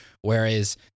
whereas